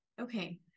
Okay